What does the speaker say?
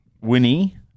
Winnie